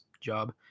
job